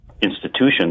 institutions